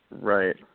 Right